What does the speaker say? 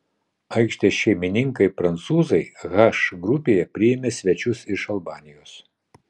aikštės šeimininkai prancūzai h grupėje priėmė svečius iš albanijos